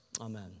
Amen